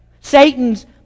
Satan's